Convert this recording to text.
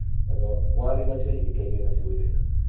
ꯑꯗꯨ ꯋꯥꯜꯒꯤ ꯃꯆꯨꯁꯤꯗꯤ ꯀꯩꯀꯩ ꯃꯆꯨ ꯑꯣꯏꯗꯣꯏꯅꯣ